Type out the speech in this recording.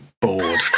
Bored